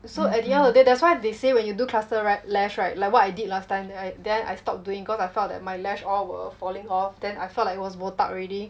so at the end of the day that's why they say when you do cluster right lash right like what I did last time then I then I stop doing because I felt that my lash all were falling off then I felt like it was botak already